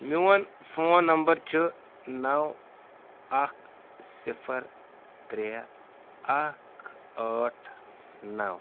میٛون phone number چھُ نَو اَکھ صِفر ترٛےٚ اَکھ ٲٹھ نَو